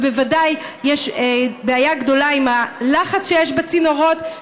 ובוודאי יש בעיה גדולה עם הלחץ שיש בצינורות,